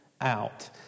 out